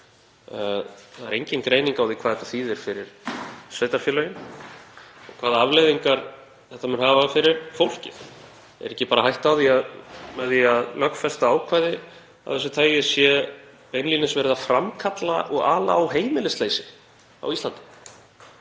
Það er engin greining á því hvað þetta þýðir fyrir sveitarfélögin eða hvaða afleiðingar þetta mun hafa fyrir fólkið. Er ekki bara hætta á því að með því að lögfesta ákvæði af þessu tagi sé beinlínis verið að framkalla og ala á heimilisleysi á Íslandi?